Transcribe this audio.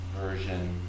version